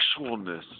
sexualness